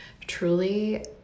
truly